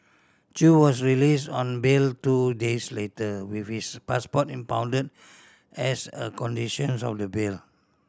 Chew was release on bail two days later with his passport impound as a condition sense of the bail